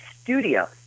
studio